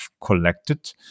collected